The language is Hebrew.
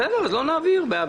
בסדר, אז לא נעביר.